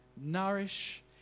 nourish